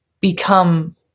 become